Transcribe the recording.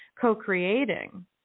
co-creating